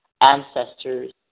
ancestors